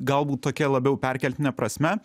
galbūt tokia labiau perkeltine prasme